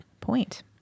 point